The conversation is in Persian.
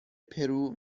پرو